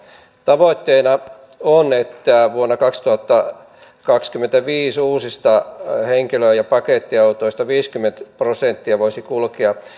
tavoitteena on että vuonna kaksituhattakaksikymmentäviisi uusista henkilö ja pakettiautoista viisikymmentä prosenttia voisi kulkea